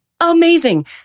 amazing